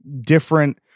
different